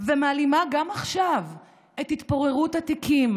ומעלימה גם עכשיו את התפוררות התיקים,